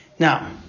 Now